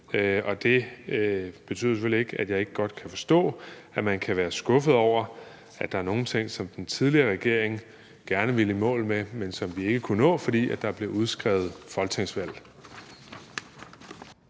Det betyder selvfølgelig ikke, at jeg ikke godt kan forstå, at man kan være skuffet over, at der er nogle ting, som den tidligere regering gerne ville i mål med, men som vi ikke kunne nå, fordi der blev udskrevet folketingsvalg.